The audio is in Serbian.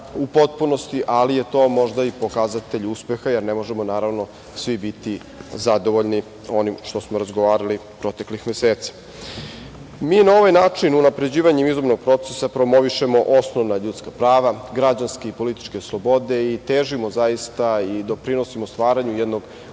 u potpunosti, ali je to možda pokazatelj uspeha, jer ne možemo svi biti zadovoljni onim što smo razgovarali proteklih meseci. Mi na ovaj način unapređivanjem izbornog procesa promovišemo osnovna ljudska prava, građanske i političke slobode i težimo zaista i doprinosimo stvaranju jednog